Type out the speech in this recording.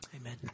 Amen